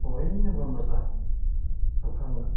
बयनोबो मोजां दखान